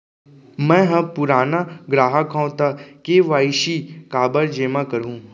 मैं ह पुराना ग्राहक हव त के.वाई.सी काबर जेमा करहुं?